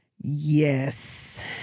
Yes